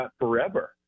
forever